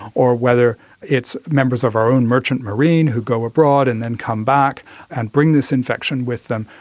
or whether it's members of our own merchant marine who go abroad and then come back and bring this infection with them,